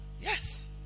yes